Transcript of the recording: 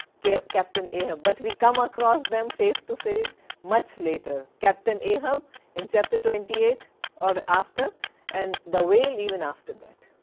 captain ahab, but we come across them face to face much later, captain ahab in chapter twenty eight or after and the whale even after that.